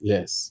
Yes